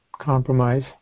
compromise